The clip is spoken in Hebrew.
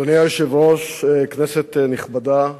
אדוני היושב-ראש, כנסת נכבדה,